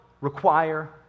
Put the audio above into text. require